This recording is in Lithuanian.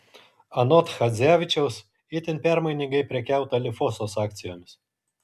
anot chadzevičiaus itin permainingai prekiauta lifosos akcijomis